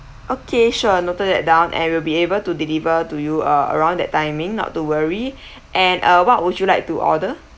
okay sure noted that down and we'll be able to deliver to you uh around that timing not to worry and uh what would you like to order